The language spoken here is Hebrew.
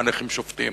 למה הנכים שובתים?